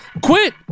quit